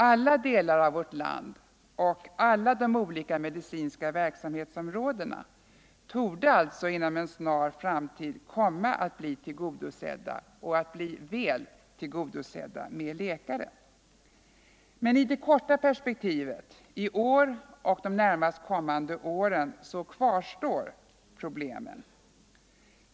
Alla delar av vårt land och alla de olika medicinska verksamhetsområdena torde alltså om några år komma att bli väl tillgodosedda med läkare. Men i det korta perspektivet, i år och de närmast kommande åren, kvarstår problemen.